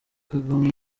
kagame